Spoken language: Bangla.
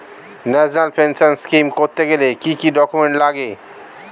ন্যাশনাল পেনশন স্কিম করতে গেলে কি কি ডকুমেন্ট লাগে?